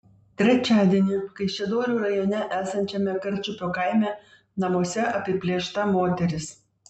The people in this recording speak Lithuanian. trečiadienį kaišiadorių rajone esančiame karčiupio kaime namuose apiplėšta moteris